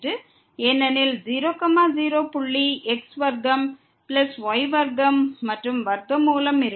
ஏனெனில் 0 0 புள்ளி x வர்க்கம் பிளஸ் y வர்க்கம் மற்றும் வர்க்கமூலம் இருக்கும்